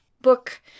book